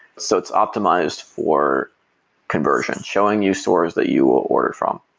so it's optimized for conversion, showing you stores that you will order from.